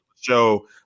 show